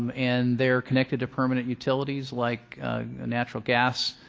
and they are connected to permanent utilities like natural gas,